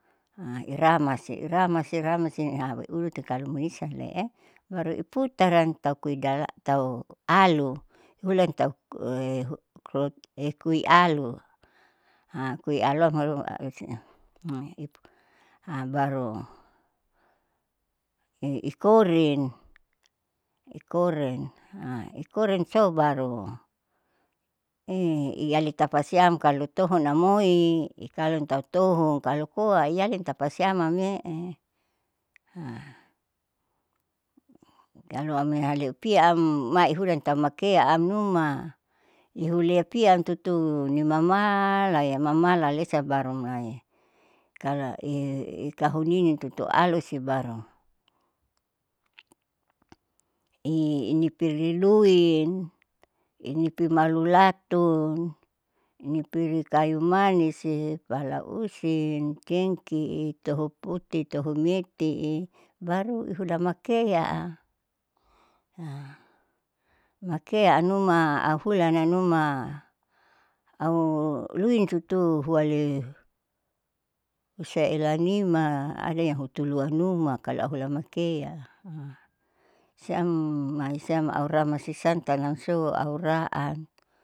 iramasi iramasi iramasi ulutikalo munisayale'e baru iputaran taukui gala taualu hulan tahu'e ekuialu kuialu auharumautiipu baru ikorin ikorin ikorinso barui iyali tapasiam kalo tohonamoi ikalon tautoho kalo koa iyalin tapasiam ame'e, kalo amoihaliupiam maihurantau makean amnuma ihulepian tutu nimamalaya mamalalesa baru mulai kalo ikahinini tutu alusi baru. inipiriluin inipimalulatun, inipiri kayumanisihi, palausin, cengki'i tohoputi tohometi'i baru ihulamakea. makea anuma ahulananuma auluin tutuhuale lusaelanima ada yang hutuluanuma kalo ahualamakea siam maisiam auramas sisantannam so aura'an.